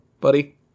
buddy